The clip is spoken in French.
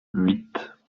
huit